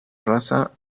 raza